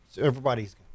everybody's